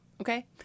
Okay